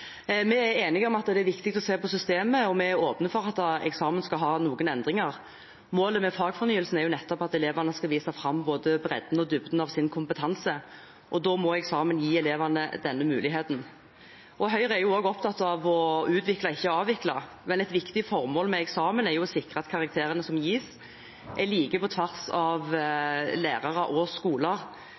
Vi er enige om at det er viktig å se på systemet, og vi er åpne for at eksamen skal ha noen endringer. Målet med fagfornyelsen er nettopp at elevene skal vise fram både bredden og dybden av sin kompetanse, og da må eksamen gi elevene den muligheten. Høyre er også opptatt av å utvikle, ikke avvikle, men et viktig formål med eksamen er å sikre at karakterene som gis, er like på tvers av lærere og skoler.